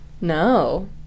No